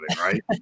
right